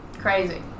Crazy